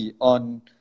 on